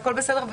והכול בסדר,